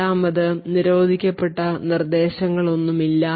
രണ്ടാമത് നിരോധിക്കപ്പെട്ട നിർദ്ദേശങ്ങൾ ഒന്നും ഇല്ല